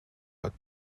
but